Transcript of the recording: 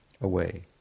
away